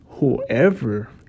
Whoever